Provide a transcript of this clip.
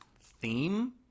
theme